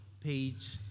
page